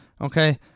Okay